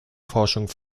forschung